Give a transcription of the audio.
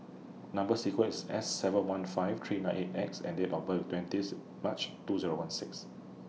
Number sequence IS S seven one five three nine eight X and Date of birth IS twentieth March two Zero one six